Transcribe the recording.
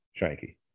Shanky